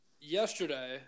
yesterday